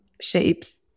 shapes